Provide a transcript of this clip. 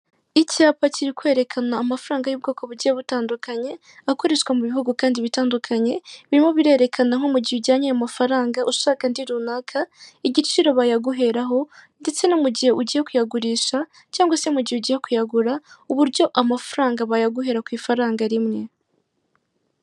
Icyapa kiri kwerekana amafaranga y'ubwoko bugiye butandukanye akoreshwa mu bihugu kandi bitandukanye, birimo birerekana nko mu gihe ujyanye ayo mafaranga ushaka andi runaka, igiciro bayaguheraho ndetse no mu gihe ugiye kuyagurisha cyangwa no mu gihe ugiye kuyagura uburyo amafaranga bayaguhera ku ifaranga rimwe.